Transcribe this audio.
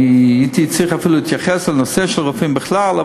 אני הייתי צריך גם להתייחס לנושא של רופאים בכלל,